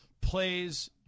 plays